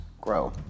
grow